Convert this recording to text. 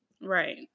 Right